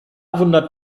wundert